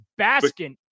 Baskin